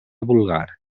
vulgar